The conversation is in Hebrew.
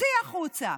צאי החוצה.